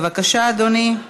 בבקשה, אדוני,